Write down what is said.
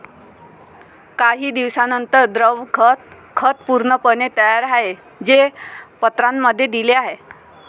काही दिवसांनंतर, द्रव खत खत पूर्णपणे तयार आहे, जे पत्रांमध्ये दिले आहे